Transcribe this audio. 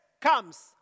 comes